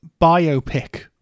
biopic